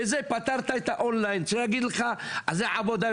אני נותן לך פתרון